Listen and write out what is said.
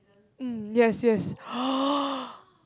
um yes yes